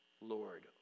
lord